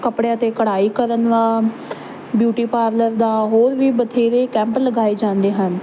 ਕੱਪੜਿਆਂ ਤੇ ਕੜਾਈ ਕਰਨ ਦਾ ਬਿਊਟੀ ਪਾਰਲਰ ਦਾ ਹੋਰ ਵੀ ਬਥੇਰੇ ਕੈਂਪ ਲਗਾਏ ਜਾਂਦੇ ਹਨ